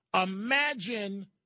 Imagine